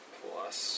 plus